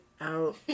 out